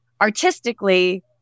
artistically